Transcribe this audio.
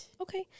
Okay